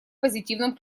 позитивном